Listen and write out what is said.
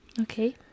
Okay